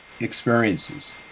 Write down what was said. experiences